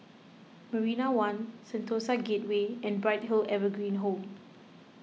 Marina one Sentosa Gateway and Bright Hill Evergreen Home